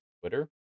Twitter